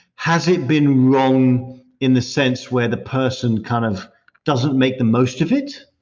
has it been wrong in the sense where the person kind of doesn't make the most of it?